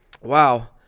Wow